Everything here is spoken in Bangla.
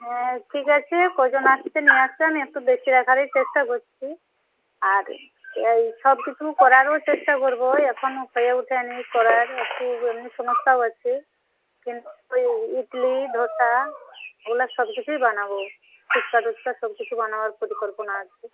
হ্যাঁ ঠিক আছে কজন আসছে নিয়ে আসবে আমি একটু বেশি রাখারই চেষ্টা করছি আর এই সব কিছু করারও চেষ্টা করবো এখনও হয়ে ওঠেনি করা করার একটু এমনি সমস্যাও আছে কিন্তু ইডলি ধোসা ওগুলা সবকিছুই বানাবো ফুচকা টুচকা সবকিছু বানাবার পরিকল্পনা আছে